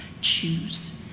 choose